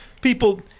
People